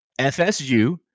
FSU